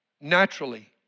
naturally